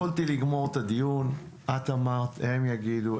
יכולתי לגמור את הדיון, את אמרת, הם יגידו.